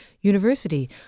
University